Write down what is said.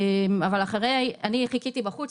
אני חיכיתי בחוץ,